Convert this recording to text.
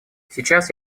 сейчас